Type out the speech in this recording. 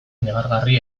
negargarri